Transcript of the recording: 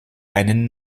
einen